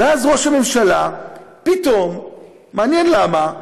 ואז ראש הממשלה פתאום, מעניין למה,